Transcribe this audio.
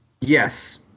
yes